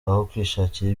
kwishakira